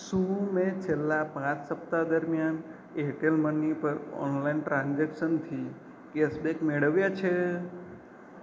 શું મેં છેલ્લાં પાંચ સપ્તાહ દરમિયાન એરટેલ મની પર ઓનલાઈન ટ્રાન્ઝેક્શનથી કૅસબેક મેળવ્યાં છે